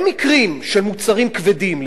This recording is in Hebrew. במקרים של מוצרים כבדים,